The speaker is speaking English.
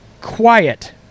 quiet